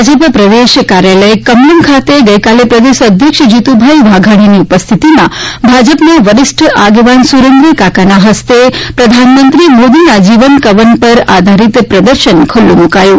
ભાજપ પ્રદેશ કાર્યાલય કમલમ ખાતે ગઇકાલે પ્રદેશ અધ્યક્ષ જીતુભાઈ વાઘાણીની ઉપસ્થિતિમાં ભાજપના વરિષ્ઠ આગેવાન સુરેન્દ્રકાકાના હસ્તે પ્રધાનમંત્રી મોદીના જીવનકવન પર આધારીત પ્રદર્શન ખુલ્લુ મુકાયું